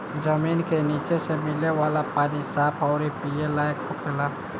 जमीन के निचे से मिले वाला पानी साफ अउरी पिए लायक होखेला